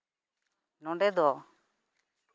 ᱱᱚᱸᱰᱮ ᱫᱚ